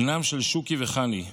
בנם של שוקי וחני,